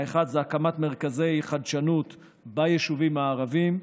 האחד זה הקמת מרכזי חדשנות ביישובים הערביים,